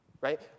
Right